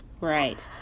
Right